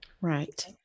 Right